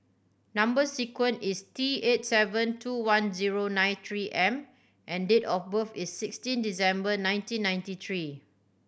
number sequence is T eight seven two one zero nine Three M and date of birth is sixteen December nineteen ninety three